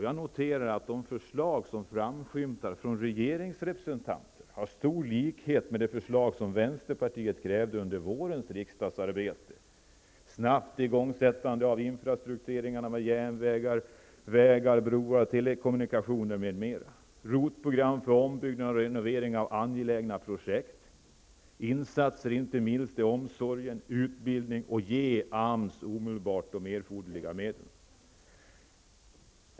Jag noterar att de förslag som framskymtar från regeringsrepresentanter har stor likhet med de förslag som vänsterpartiet lade fram under vårens riksdagsarbete: -- Ett snabbt igångsättande av investeringar i sådan infrastruktur som järnvägar, vägar, broar, telekommunikationer m.m. -- Man vill starta ett ROT-program för ombyggnad och renovering av angelägna projekt. -- Man skall göra insatser för omsorg och utbildning. -- AMS skall omedelbart få erforderliga medel.